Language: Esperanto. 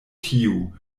tiu